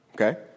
Okay